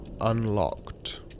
unlocked